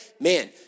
man